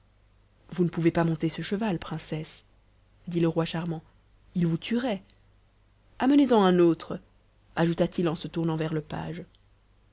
vous ne pouvez monter ce cheval princesse dit le roi charmant il vous tuerait amenez en un autre ajouta-t-il en se tournant vers le page